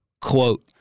Quote